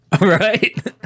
Right